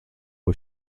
ich